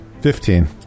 Fifteen